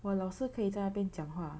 我老师可以在那边讲话